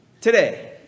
today